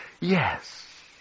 yes